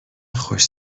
خوش